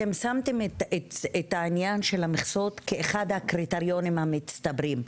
אתם שמתם את העניין של המכסות כאחד הקריטריונים המצטברים.